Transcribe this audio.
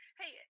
hey